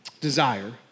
desire